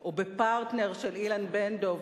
או ב"פרטנר" של אילן בן-דב,